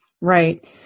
Right